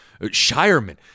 Shireman